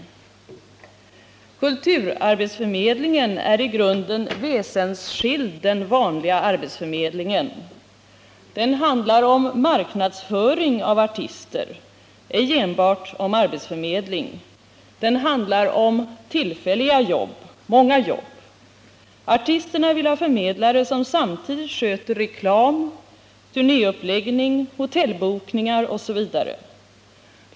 Kulturarbetsförmedlingen är i grunden väsensskild från den vanliga arbetsförmedlingen. Den handlar om marknadsföring av artister, ej enbart om arbetsförmedling, och den handlar om många och tillfälliga jobb. Artisterna vill ha förmedlare som samtidigt sköter reklam, turnéuppläggning, hotellbokningar osv.